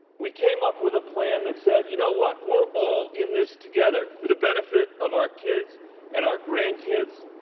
we came up with a plan that said you know what? we're all in this together for the benefit of our kids and our grandkids,